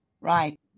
Right